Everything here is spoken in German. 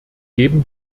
geben